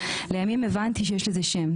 לימים הבנתי שיש לזה שם,